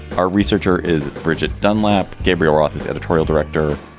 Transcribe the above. our researcher is bridgette dunlap. gabriel roth is editorial director.